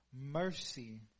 mercy